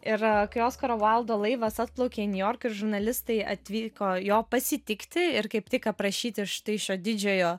ir kai oskaro vaildo laivas atplaukė į niujorką ir žurnalistai atvyko jo pasitikti ir kaip tik aprašyti štai šio didžiojo